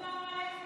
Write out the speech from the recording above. לא מדברים עליך.